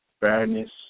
fairness